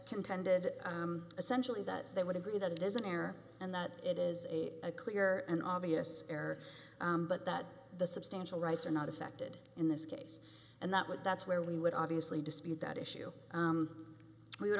contended essentially that they would agree that it is an error and that it is a clear and obvious error but that the substantial rights are not affected in this case and that would that's where we would obviously dispute that issue we would